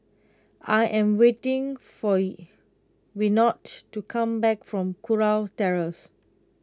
I am waiting for Yvette to come back from Kurau Terrace